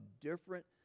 different